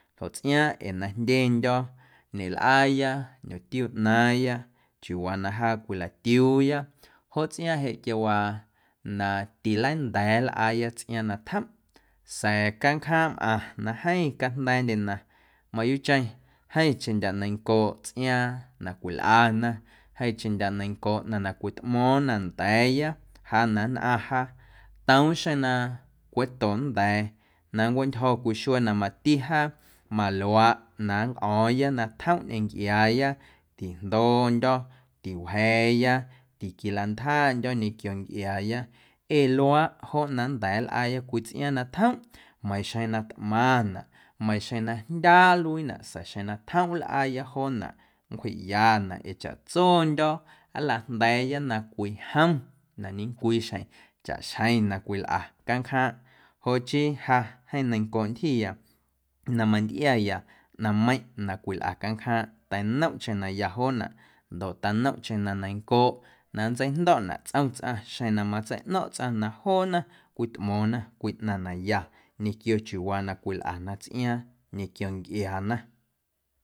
Joꞌ tsꞌiaaⁿꞌ ee na jndyendyo̱ ñelꞌaaya ñomtiu ꞌnaaⁿya chiuuwaa na jaa cwilatiuuya joꞌ tsꞌiaaⁿꞌ jeꞌ quiawaa tileinda̱a̱ na nlꞌaaya tsꞌiaaⁿ na tjomꞌ sa̱a̱ canjaaⁿꞌmꞌaⁿ na jeeⁿ cajnda̱a̱ndyena mayuuꞌcheⁿ jeeⁿcheⁿndyaꞌ neiⁿncooꞌ tsꞌiaaⁿ na cwilꞌana jeeⁿcheⁿndyaꞌ neiⁿncooꞌ ꞌnaⁿ na cwitꞌmo̱o̱ⁿna nda̱a̱ya jaa na nnꞌaⁿ jaa toom xeⁿ na cweꞌto nnda̱a̱ na nncweꞌntyjo̱ cwii xuee na mati jaa maluaaꞌ na nncꞌo̱o̱ⁿya na tjomꞌ ñꞌeⁿ ncꞌiaaya tijndoondyo̱, tiwja̱a̱ya, tiquilantjaꞌndyo̱ ñequio ncꞌiaaya ee luaaꞌ joꞌ na nnda̱a̱ nlꞌaaya cwii tsꞌiaaⁿ na tjomꞌ meiiⁿ xeⁿ na tꞌmaⁿnaꞌ, meiiⁿ xeⁿ na jndyaaꞌ nluiinaꞌ sa̱a̱ xeⁿ na tjomꞌ nlꞌaaya joonaꞌ nncwjiꞌyaꞌnaꞌ ee chaꞌtsondyo̱ nlajnda̱a̱ya na cwijom na ñecwii xjeⁿ chaꞌxjeⁿ na cwilꞌa canjaaⁿꞌ joꞌ chii ja jeeⁿ neiⁿncooꞌ ntyjiya na mantꞌiaya ꞌnaⁿmeiⁿꞌ na cwilꞌa canjaaⁿꞌ teinomꞌcheⁿ na ya joonaꞌ ndoꞌ tanomꞌcheⁿ na neiⁿncooꞌ na nntseijndo̱ꞌnaꞌ tsꞌom tsꞌaⁿ xeⁿ na matseiꞌno̱ⁿꞌ tsꞌaⁿ na joona cwitꞌmo̱o̱ⁿna cwii ꞌnaⁿ na ya ñequio chiuuwaa na cwilꞌana tsꞌiaaⁿ ñequio ncꞌiaana.